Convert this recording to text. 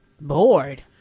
Bored